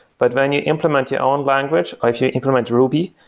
but when you implement your own language, if you implement ruby,